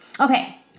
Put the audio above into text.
Okay